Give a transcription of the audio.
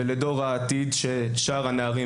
ולדור העתיד של שאר הנערים,